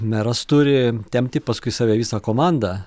meras turi tempti paskui save visą komandą